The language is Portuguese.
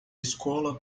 escola